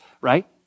right